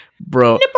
bro